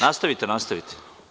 Nastavite, nastavite.